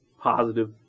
positive